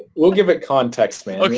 we'll give it context, man.